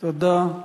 תודה.